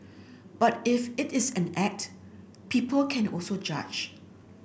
but if it is an act people can also judge